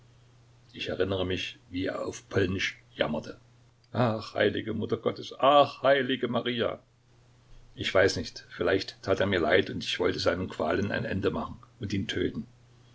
ich erinnere mich wie er auf polnisch jammerte ach heilige mutter gottes ach heilige maria ich weiß nicht vielleicht tat er mir leid und ich wollte seinen qualen ein ende machen und ihn töten